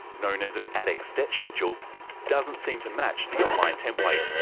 known as an adex debt schedule doesn't seem to match the online template.